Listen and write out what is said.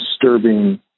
disturbing